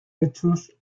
hechos